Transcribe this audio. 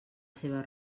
seva